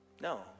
No